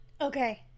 Okay